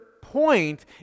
point